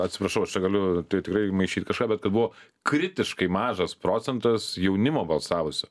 atsiprašau aš čia galiu tai tikrai maišyt kažką bet kad buvo kritiškai mažas procentas jaunimo balsavusio